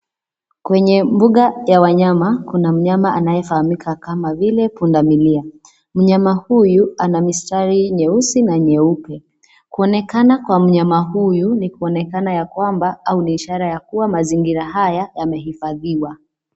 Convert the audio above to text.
Kwenye mbuga ya wanyama kuna mnyama anayefahamika kama vile pundamilia. Mnyama huyu ana mistari nyeusi na nyeupe. Kuonekana kwa mnyama huyo ni kuonekana ya kwamba au ni ishara kuwa mazingara haya yamehifadhiwa.